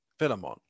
philemon